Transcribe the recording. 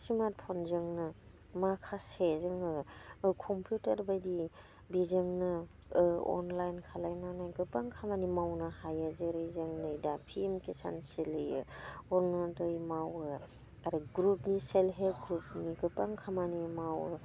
स्मार्टफ'नजोंनो माखासे जोङो कम्पिउटार बायदि बेजोंनो अनलाइन खालामनानै गोबां खामानि मावनो हायो जेरै जोंनि दा पि एम किसान सोलियो अरुनदय मावो ओरै ग्रुपनि सेल्फ हेल्प ग्रुपनि गोबां खामानि मावो